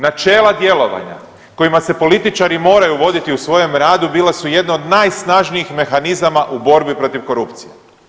Načela djelovanja kojima se političari moraju voditi u svojem radu bila su jedna od najsnažnijih mehanizama u borbi protiv korupcije.